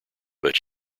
but